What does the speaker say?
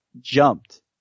jumped